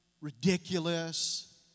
ridiculous